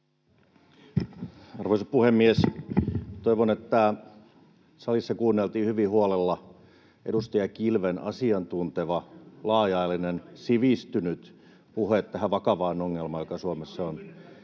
Arvoisa puhemies! Toivon, että salissa kuunneltiin hyvin huolella edustaja Kilven asiantunteva, laaja-alainen, sivistynyt puhe tähän vakavaan ongelmaan, joka Suomessa on.